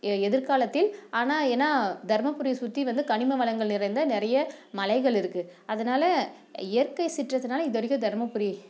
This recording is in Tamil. எ எதிர்காலத்தில் ஆனால் ஏன்னால் தர்மபுரியை சுற்றி வந்து கனிம வளங்கள் நிறைந்த நிறைய மலைகள் இருக்குது அதனால இயற்கை சீற்றத்தினால இதுவரைக்கும் தர்மபுரி